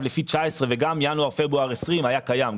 לפי 2019 וגם ינואר-פברואר 2020 היה קיים.